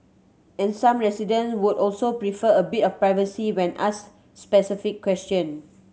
and some residents would also prefer a bit of privacy when asked specific questions